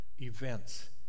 events